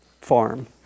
farm